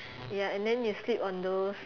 ya and than you sleep on those